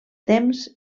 temps